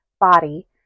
body